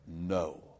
No